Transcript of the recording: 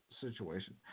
situation